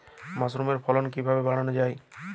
মাসরুমের ফলন কিভাবে বাড়ানো যায়?